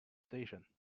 station